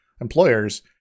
employers